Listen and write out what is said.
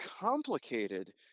complicated